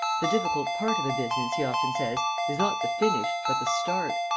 the difficult part of a business, he often says, is not the finish, but the start.